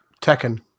Tekken